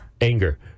anger